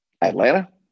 Atlanta